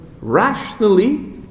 rationally